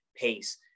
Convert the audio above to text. pace